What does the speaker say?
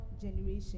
generation